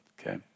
okay